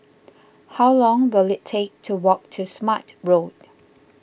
how long will it take to walk to Smart Road